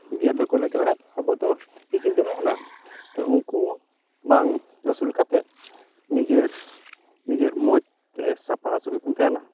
ᱜᱮᱨ ᱵᱟᱠᱚ ᱜᱮᱨ ᱫᱟᱲᱮᱭᱟᱵᱚᱱ ᱠᱷᱟᱡ ᱟᱵᱚ ᱫᱚ ᱱᱤᱪᱤᱱᱛᱤ ᱢᱮᱱᱟᱜ ᱵᱚᱱᱟ ᱛᱚ ᱩᱝᱠᱩ ᱵᱟᱝ ᱟᱹᱥᱩᱞ ᱠᱟᱛᱮ ᱱᱤᱡᱮᱨ ᱱᱤᱡᱮᱨ ᱢᱚᱡᱽ ᱛᱮ ᱥᱟᱯᱟᱥᱟᱯᱤ ᱵᱚᱱ ᱛᱮᱦᱮᱱᱟ